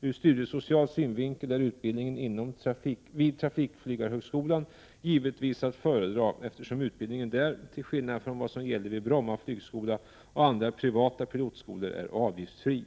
Ur studiesocial synvinkel är utbildningen vid trafikflygarhögskolan givetvis att föredra eftersom utbildningen där, till skillnad från vad som gäller vid Bromma flygskola och andra privata pilotskolor, är avgiftsfri.